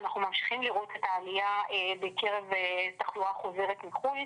אנחנו ממשיכים לראות את העלייה בקרב תחלואה חוזרת מחו"ל,